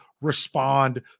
respond